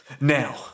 Now